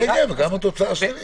כן, גם על תוצאה שלילית.